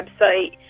website